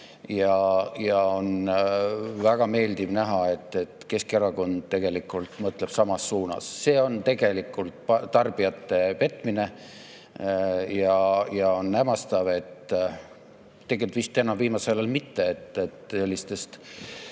On väga meeldiv näha, et Keskerakond tegelikult mõtleb samas suunas. See on tegelikult tarbijate petmine. Ja on hämmastav – tegelikult vist viimasel ajal enam mitte –, et sellistest